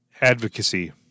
Advocacy